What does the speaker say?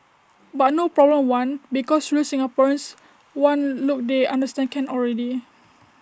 but no problem one because real Singaporeans one look they understand can already